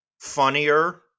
funnier